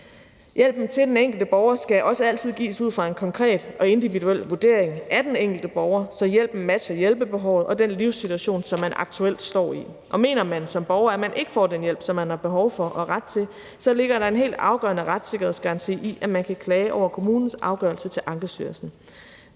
Hjælpen til den enkelte borger skal også altid gives ud fra en konkret og individuel vurdering af den enkelte borger, så hjælpen matcher hjælpebehovet og den livssituation, som man aktuelt står i. Og mener man som borger, at man ikke får den hjælp, som man har behov for og ret til, så ligger der en helt afgørende retssikkerhedsgaranti i, at man kan klage over kommunens afgørelse til Ankestyrelsen.